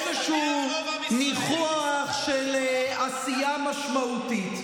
איזשהו ניחוח של עשייה משמעותית.